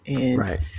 Right